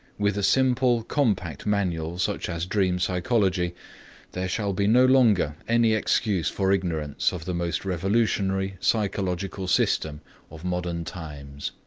with a simple, compact manual such as dream psychology there shall be no longer any excuse for ignorance of the most revolutionary psychological system of modern times.